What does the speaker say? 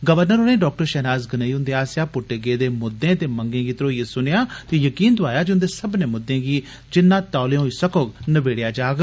governor होरें doctor Shahnaz Ganai हुन्दे आस्सेआ पुष्टे गेदे मुद्दे ते मंगें गी धरोइयै सुनेआ ते यकीन दोआया जे उन्दे सब्बनें मुद्दें गी जिन्ना तौले होई सकोग नबेडेआ जाग